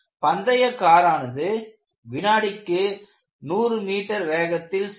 பந்தய காரானது வினாடிக்கு 100 மீட்டர் வேகத்தில் செல்லும்